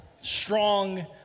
strong